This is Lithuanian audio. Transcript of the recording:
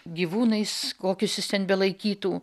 gyvūnais kokius jis ten belaikytų